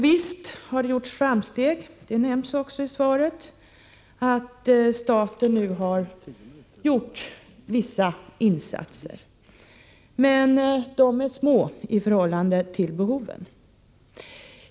Visst har det gjorts framsteg, som också nämns i svaret. Staten har gjort vissa insatser, men de är små i förhållande till behoven.